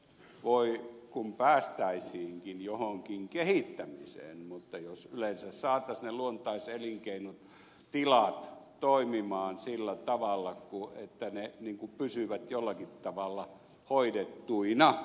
voi kun päästäisiinkin johonkin kehittämiseen mutta jos yleensä saataisiin ne luontaiselinkeinotilat toimimaan sillä tavalla että ne pysyvät jollakin tavalla hoidettuina